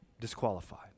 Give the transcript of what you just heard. disqualified